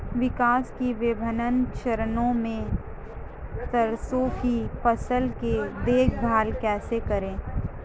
विकास के विभिन्न चरणों में सरसों की फसल की देखभाल कैसे करें?